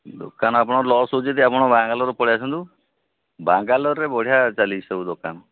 ଦୋକାନ ଆପଣ ଲସ୍ ହେଉଛି ଯଦି ଆପଣ ବାଙ୍ଗାଲୋର ପଳାଇ ଆସନ୍ତୁ ବାଙ୍ଗାଲୋରରେ ବଢ଼ିଆ ଚାଲିଛି ସବୁ ଦୋକାନ